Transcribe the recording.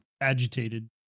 agitated